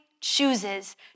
chooses